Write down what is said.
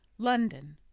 london.